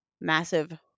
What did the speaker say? massive